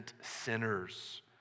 sinners